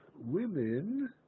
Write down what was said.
women